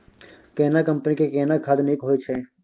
केना कंपनी के केना खाद नीक होय छै?